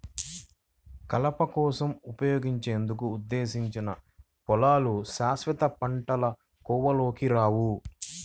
కలప కోసం ఉపయోగించేందుకు ఉద్దేశించిన పొలాలు శాశ్వత పంటల కోవలోకి రావు